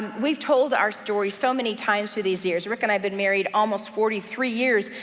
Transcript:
we've told our story so many times through these years. rick and i've been married almost forty three years,